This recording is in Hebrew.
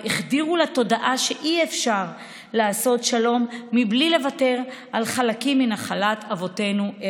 החדירו לתודעה שאי-אפשר לעשות שלום מבלי לוותר על חלקים מנחלת אבותינו,